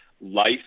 life